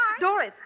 Doris